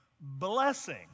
blessing